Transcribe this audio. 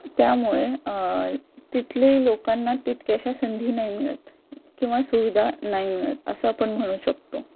त्यामुळे तिथलेही लोकांना तितक्याशा संधी नाही मिळत किंवा सुविधा नाही मिळत असं आपण म्हणू शकतो